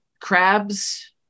Crabs